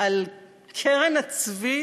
על קרן הצבי